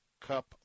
Cup